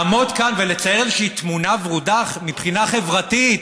לעמוד כאן ולצייר איזושהי תמונה ורודה מבחינה חברתית,